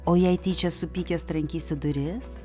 o jei tyčia supykęs trankysiu duris